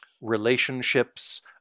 relationships